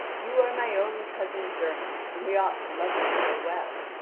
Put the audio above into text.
you are my own cousin-german, and we ought to love each other well.